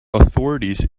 authorities